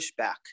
pushback